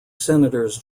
senators